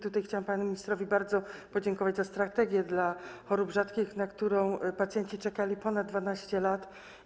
Tutaj chciałam panu ministrowi bardzo podziękować za strategię dla chorób rzadkich, na którą pacjenci czekali ponad 12 lat.